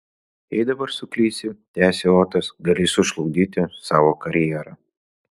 jei dabar suklysi tęsė otas gali sužlugdyti savo karjerą